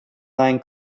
line